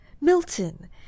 Milton